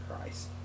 Christ